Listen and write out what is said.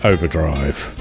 Overdrive